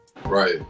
Right